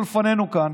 הוא לפנינו כאן,